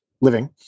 Living